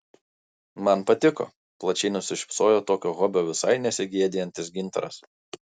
man patiko plačiai nusišypsojo tokio hobio visai nesigėdijantis gintaras